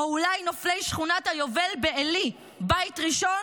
או אולי נופלי שכונת היובל בעלי: בית ראשון,